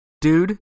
Dude